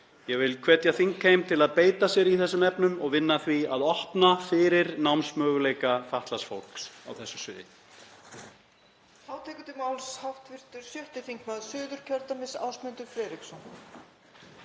Ég vil hvetja þingheim til að beita sér í þessum efnum og vinna að því að opna fyrir námsmöguleika fatlaðs fólks á þessu sviði.